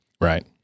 Right